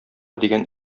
дигән